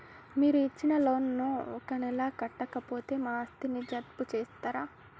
మీరు ఇచ్చిన లోన్ ను ఒక నెల కట్టకపోతే మా ఆస్తిని జప్తు చేస్తరా?